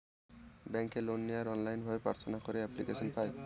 ব্যাঙ্কে লোন নেওয়ার অনলাইন ভাবে প্রার্থনা করে এপ্লিকেশন পায়